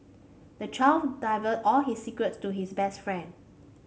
the child divulged all his secrets to his best friend